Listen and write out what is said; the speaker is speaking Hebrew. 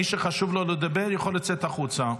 מי שחשוב לו לדבר יכול לצאת החוצה.